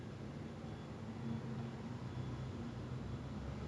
ya I think after like ten o'clock or பதினோரு மணிக்கு மேல:pathinoru manikku mela you cannot play music too loud